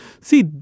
see